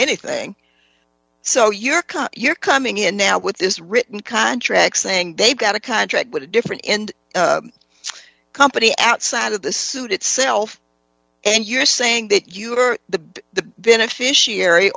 anything so you're caught you're coming in now with this written contract saying they've got a contract with a different end company outside of the suit itself and you're saying that you are the beneficiary